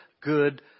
good